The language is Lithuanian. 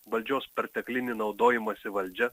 valdžios perteklinį naudojimąsi valdžia